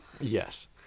Yes